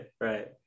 right